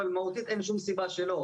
אבל מהותית אין שום סיבה שלא,